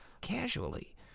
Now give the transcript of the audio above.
casually